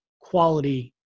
quality